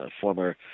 former